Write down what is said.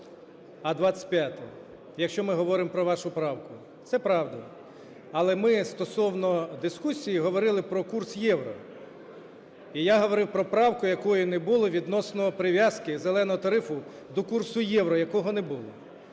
а 25-е. Якщо ми говоримо про вашу правку. Це правда. Але ми стосовно дискусії говорили про курс євро, і я говорив про правку, якої не було відносно прив'язки "зеленого" тарифу до курсу євро, якого не було.